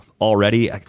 already